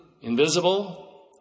Invisible